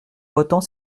votant